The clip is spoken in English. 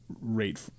rate